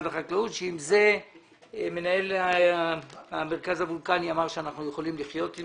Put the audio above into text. החקלאות ועם זה מנהל המרכז הוולקני אמר שהם יכולים לחיות כי